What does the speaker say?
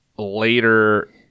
later